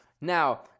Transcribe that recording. Now